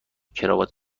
کراوات